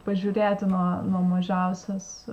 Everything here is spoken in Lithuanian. pažiūrėti nuo nuo mažiausios